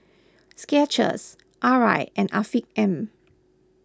Skechers Arai and Afiq M